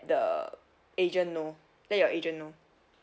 the agent know let your agent know